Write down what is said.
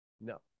No